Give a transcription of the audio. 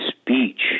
speech